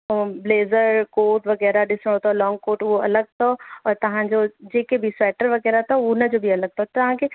ऐं blazer coat वग़ैरह ॾिसिणो अथव लॉंग कोट उहो अलॻि अथव और तव्हांजो जेके बि स्वेटर वग़ैरह अथव हुनजो बि अलॻि अथव तव्हांखे